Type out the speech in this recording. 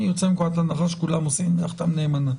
אני יוצא מנקודת הנחה שכולם עושים את מלאכתם נאמנה.